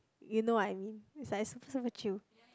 you know what I mean it's like super chill